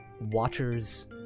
Watchers